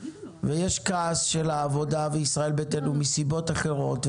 ויש כעס של העבודה וישראל ביתנו מסיבות אחרות,